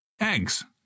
Eggs